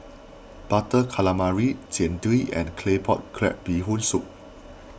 Butter Calamari Jian Dui and Claypot Crab Bee Hoon Soup